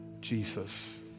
Jesus